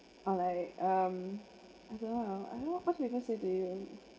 or like (um)I don't know I know what do people say to you